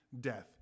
death